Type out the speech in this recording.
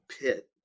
pit